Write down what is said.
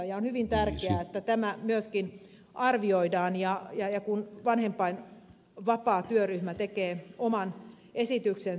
on hyvin tärkeää että tämä myöskin arvioidaan kun vanhempainvapaatyöryhmä tekee oman esityksensä